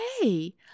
hey